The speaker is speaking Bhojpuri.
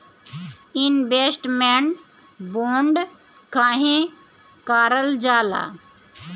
इन्वेस्टमेंट बोंड काहे कारल जाला?